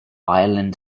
island